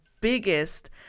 biggest